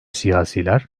siyasiler